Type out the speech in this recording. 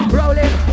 rolling